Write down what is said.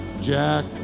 Jack